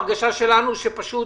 ההרגשה שלנו היא שפשוט